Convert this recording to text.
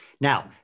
Now